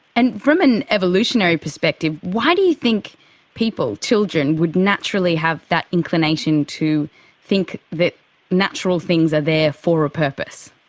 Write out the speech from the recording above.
and from an evolutionary perspective, why do you think people, children, would naturally have that inclination to think that natural things are there for a purpose?